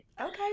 Okay